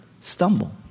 stumble